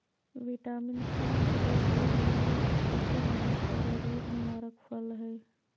vitamin C से भरपूर नीबू स्फूर्तिदायक औरो रोग निवारक फल हइ